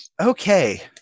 Okay